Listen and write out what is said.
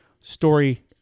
story